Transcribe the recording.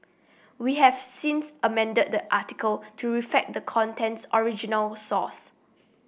we have since amended the article to reflect the content's original source